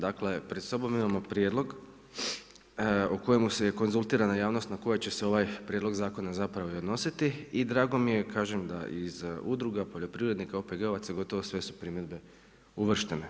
Dakle pred sobom imamo prijedlog o kojemu se konzultirana javnost na koje će se ovaj prijedlog zakona i odnositi i drago mi je da iz udruga poljoprivrednika OPG-ovaca gotovo sve su primjedbe uvrštene.